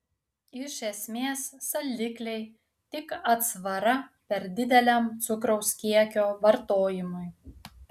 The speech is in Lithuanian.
iš esmės saldikliai tik atsvara per dideliam cukraus kiekio vartojimui